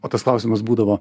o tas klausimas būdavo